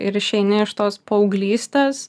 ir išeini iš tos paauglystės